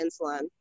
insulin